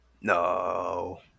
No